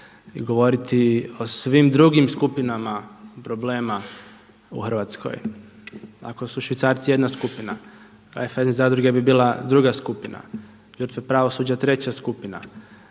i govoriti o svim drugim skupinama problema u Hrvatskoj. Ako su švicarci jedna skupina, Raiffeisen zadruga bi bila druga skupina, žrtve pravosuđa treća skupina,